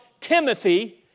Timothy